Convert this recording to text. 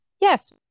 Yes